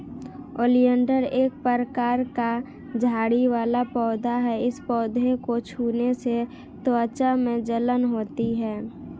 oleander एक प्रकार का झाड़ी वाला पौधा है इस पौधे को छूने से त्वचा में जलन होती है